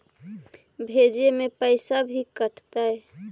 भेजे में पैसा भी कटतै?